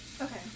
Okay